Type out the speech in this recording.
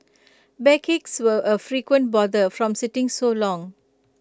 backaches were A frequent bother from sitting so long